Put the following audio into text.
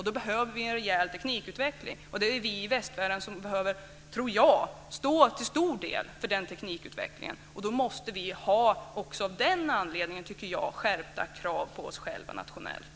Då behöver vi en rejäl teknikutveckling, och jag tror att det är vi i västvärlden som till stor del behöver stå för den teknikutvecklingen. Då måste vi, tycker jag, också av den anledningen ha skärpta krav på oss själva nationellt.